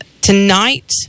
Tonight